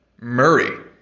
Murray